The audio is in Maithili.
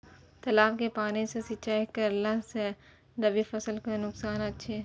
तालाब के पानी सँ सिंचाई करला स रबि फसल के नुकसान अछि?